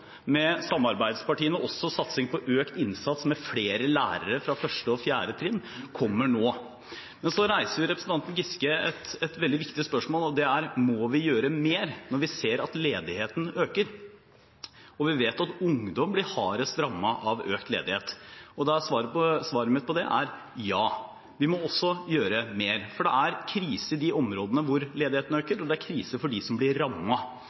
Med samarbeidspartiene kommer også satsing på økt innsats med flere lærere på 1.–4. trinn. Så reiser representanten Giske et veldig viktig spørsmål, og det er: Må vi gjøre mer når vi ser at ledigheten øker og vi vet at ungdom blir hardest rammet av økt ledighet? Svaret mitt på det er: Ja. Vi må også gjøre mer. For det er krise i de områdene hvor ledigheten øker, og det er krise for dem som blir